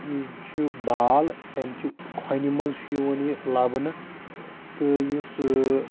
یہِ چھُ بال تَمہِ چہِ کھۄنہِ منٛز چھُ یِوان یہِ لَبنہٕ تہٕ یُس